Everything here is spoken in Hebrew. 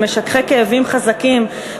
משככי כאבים חזקים,